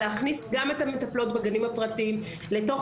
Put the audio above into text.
להכניס גם את המטפלות בגנים הפרטיים לתוך